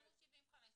אמרו 75,